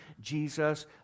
Jesus